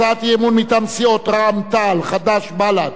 הצעת אי-אמון מטעם סיעות רע"ם-תע"ל חד"ש בל"ד,